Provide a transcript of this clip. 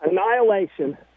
annihilation